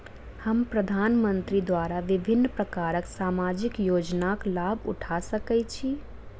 हम प्रधानमंत्री द्वारा विभिन्न प्रकारक सामाजिक योजनाक लाभ उठा सकै छी?